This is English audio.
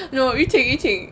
no yu ting yu ting